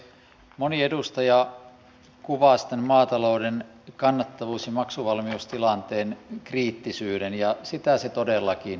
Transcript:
moni edustaja kuvasi tämän maatalouden kannattavuus ja maksuvalmiustilanteen kriittisyyden ja sitä se todellakin on